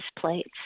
plates